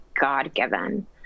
God-given